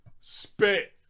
Spit